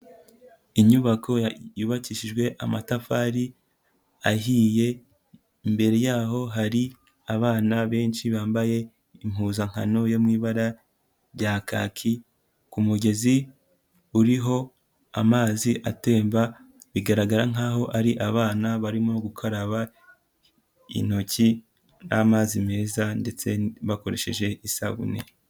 Inyubako yubakishijwe amatafari ahiye, imbere yaho hari abana benshi bambaye impuzankano yo mu ibara rya kaki, ku kumugezi uriho amazi atemba, bigaragara nk'aho ari abana barimo gukaraba intoki n'amazi meza ndetse bakoresheje isabune.